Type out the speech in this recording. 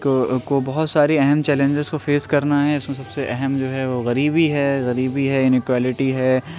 کو کو بہت ساری اہم چیلنجز کو فیس کرنا ہے اس میں سب سے اہم جو ہے وہ غریبی ہے غریبی ہے انکوالٹی ہے